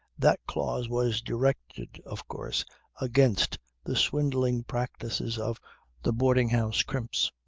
that clause was directed of course against the swindling practices of the boarding-house crimps.